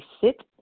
sit